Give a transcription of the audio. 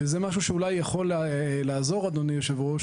ואולי זה משהו שיכול לעזור, אדוני היושב-ראש